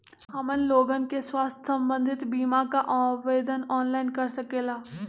हमन लोगन के स्वास्थ्य संबंधित बिमा का आवेदन ऑनलाइन कर सकेला?